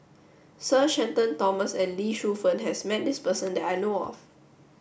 Sir Shenton Thomas and Lee Shu Fen has met this person that I know of